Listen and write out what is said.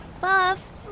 Buff